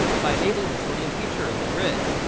by enabling the sorting feature in the grid,